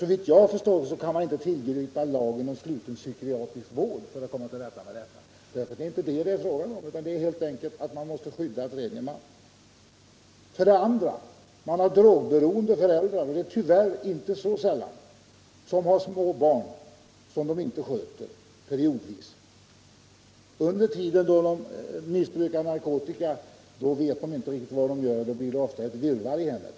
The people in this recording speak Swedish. Såvitt jag förstår kan man inte tillgripa lagen om sluten psykiatrisk vård för att komma till rätta med det problemet. Det är ju inte fråga om det utan helt enkelt om att man måste skydda tredje man. För det andra finns fall med drogberoende föräldrar — de är tyvärr inte så sällsynta — som har små barn, som de periodvis inte sköter. Under den tiden då de missbrukar narkotika vet de inte riktigt vad de gör och då blir det ofta ett virrvarr i hemmet.